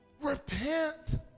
Repent